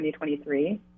2023